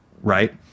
Right